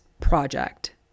project